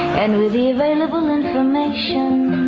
and with the available information,